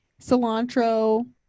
Cilantro